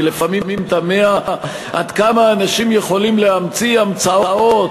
אני לפעמים תמה עד כמה אנשים יכולים להמציא המצאות,